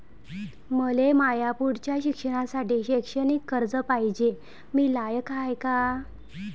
मले माया पुढच्या शिक्षणासाठी शैक्षणिक कर्ज पायजे, मी लायक हाय का?